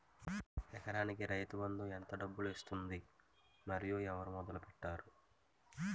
ఎకరానికి రైతు బందు ఎంత డబ్బులు ఇస్తుంది? మరియు ఎవరు మొదల పెట్టారు?